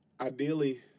ideally